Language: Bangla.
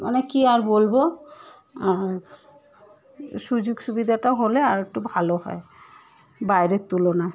মানে কি আর বলবো সুযোগ সুবিধাটা হলে আর একটু ভালো হয় বাইরের তুলনায়